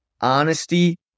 Honesty